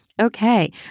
Okay